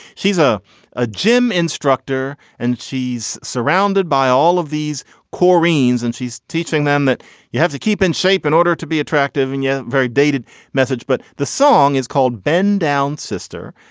she's ah a gym instructor and she's surrounded by all of these core greens and she's teaching them that you have to keep in shape in order to be attractive and you yeah very dated message but the song is called bend down sister.